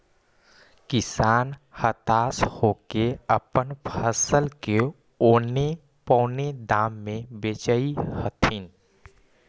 किसान हताश होके अपन फसल के औने पोने दाम में बेचऽ हथिन